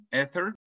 Ether